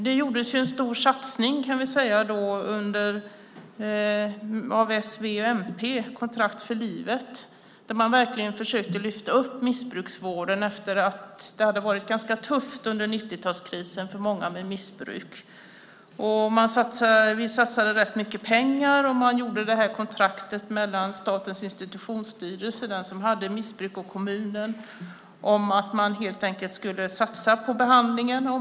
Det gjordes en stor satsning under s, v och mp, Ett kontrakt för livet, där man verkligen försökte lyfta upp missbruksvården efter att det hade varit ganska tufft under 90-talskrisen för många med missbruk. Vi satsade rätt mycket pengar, och man gjorde det här kontraktet mellan Statens institutionsstyrelse, den som hade missbruk och kommunen om att man helt enkelt skulle satsa på behandlingen.